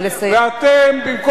במקום להתווכח אתי,